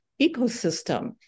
ecosystem